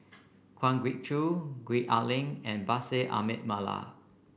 Kwa Geok Choo Gwee Ah Leng and Bashir Ahmad Mallal